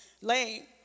lame